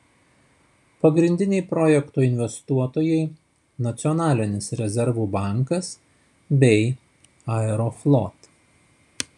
pagrindiniai projekto investuotojai nacionalinis rezervų bankas bei aeroflot